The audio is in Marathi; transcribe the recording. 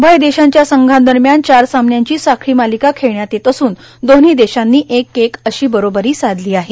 उभय देशांच्या संघांदरम्यान चार सामन्यांची साखळी मालिका खेळण्यात येत असून दोन्ही देशांनी एक एक अशी बरोबरी साधली आहे